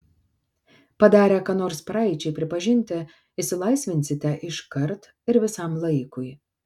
padarę ką nors praeičiai pripažinti išsilaisvinsite iškart ir visam laikui